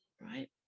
right